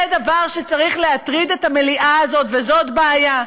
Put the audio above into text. זה דבר שצריך להטריד את המליאה הזאת וזאת בעיה.